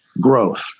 growth